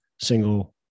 single